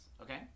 okay